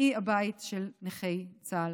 היא הבית של נכי צה"ל.